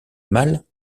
mal